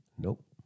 Nope